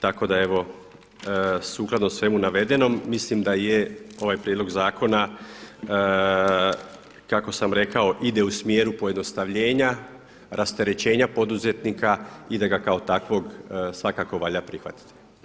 Tako da evo sukladno svemu navedenom mislim da je ovaj prijedlog zakona kako sam rekao ide u smjeru pojednostavljenja, rasterećenja poduzetnika i da ga kao takvog svakako valja prihvatiti.